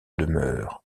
demeure